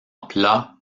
plat